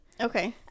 okay